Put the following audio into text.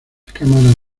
cámaras